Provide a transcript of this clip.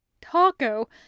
Taco